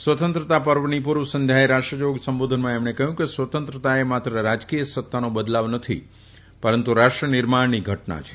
સ્વતંત્રતા પર્વની પૂર્વ સંધ્યાએ રાષ્ટ્રજાગ સંબોધનમાં તેમણે કહ્યું કે સ્વતંત્રતાએ માત્ર રાજકીય સત્તાનો બદલાવ નથી પરંતુ રાષ્ટ્ર નિર્માણની ઘટના છે